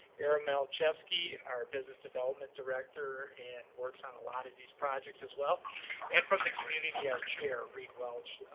aaron malczewski, our business development director and works on a lot of these projects as well and from the community our chair, reid welsh,